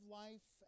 life